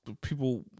people